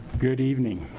good evening.